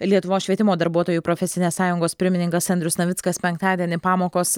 lietuvos švietimo darbuotojų profesinės sąjungos pirmininkas andrius navickas penktadienį pamokos